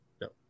No